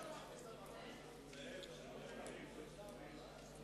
חברי חברי הכנסת,